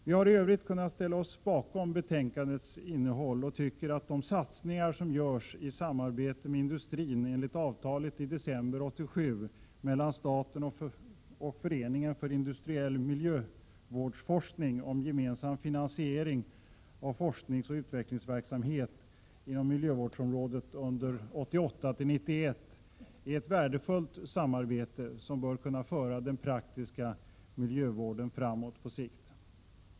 Vi hari övrigt kunnat ställa oss bakom betänkandets innehåll och tycker att de satsningar som görs i samarbete med industrin enligt avtalet i december 1987 mellan staten och Föreningen för industriell miljövårdsforskning om gemensam finansiering av forskningsoch utvecklingsverksamhet inom miljövårdsområdet under 1988-1991 är ett värdefullt samarbete som bör kunna föra den praktiska miljövården framåt på sikt.